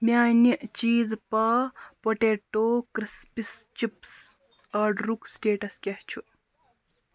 میٛانہِ چیٖزپا potato crisps chips آرڈرُک سٕٹیٹَس کیٚاہ چھُ